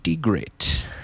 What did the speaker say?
great